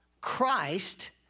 Christ